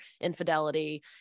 infidelity